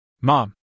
Mom